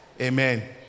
Amen